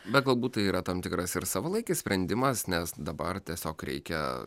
na galbūt tai yra tam tikras ir savalaikis sprendimas nes dabar tiesiog reikia